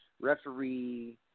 referee